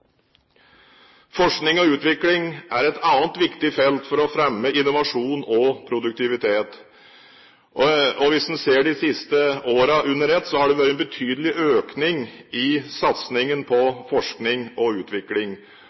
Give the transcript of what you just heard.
Forskning og utvikling er et annet viktig felt for å fremme innovasjon og produktivitet. Hvis en ser de siste årene under ett, har det vært betydelig økning i satsingen på forskning og utvikling.